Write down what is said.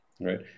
right